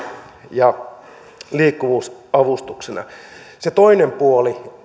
ja liikkuvuusavustuksina se toinen puoli